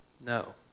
No